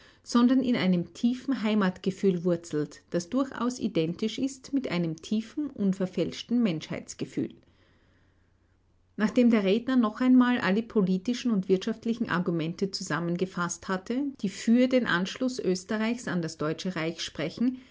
sondern in einem tiefen heimatgefühl wurzelt das durchaus identisch ist mit einem tiefen unverfälschten menschheitsgefühl nachdem der redner noch einmal alle politischen und wirtschaftlichen argumente zusammengefaßt hatte die für den anschluß österreichs an das deutsche reich sprechen